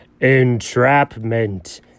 Entrapment